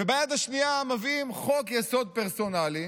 וביד השנייה מביאים חוק-יסוד פרסונלי,